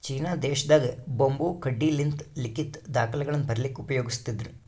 China ದೇಶದಾಗ್ bamboo ಕಡ್ಡಿಲಿಂತ್ ಲಿಖಿತ್ ದಾಖಲೆಗಳನ್ನ ಬರಿಲಿಕ್ಕ್ ಉಪಯೋಗಸ್ತಿದ್ರು